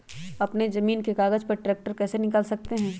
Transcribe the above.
अपने जमीन के कागज पर ट्रैक्टर कैसे निकाल सकते है?